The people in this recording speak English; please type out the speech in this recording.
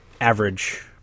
average